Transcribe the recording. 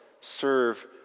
serve